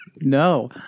No